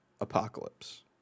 apocalypse